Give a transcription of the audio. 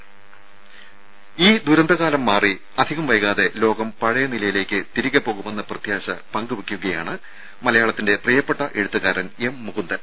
രുര ഈ ദുരന്തകാലം മാറി അധികം വൈകാതെ ലോകം പഴയ നിലയിലേക്ക് തിരികെ പോകുമെന്ന പ്രത്യാശ പങ്കുവെക്കുകയാണ് മലയാളത്തിൻെറ പ്രിയപ്പെട്ട എഴുത്തുകാരൻ എം മുകുന്ദൻ